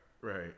right